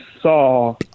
saw